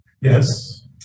Yes